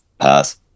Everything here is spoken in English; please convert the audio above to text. Pass